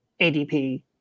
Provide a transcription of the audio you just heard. ADP